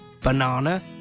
banana